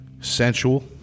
sensual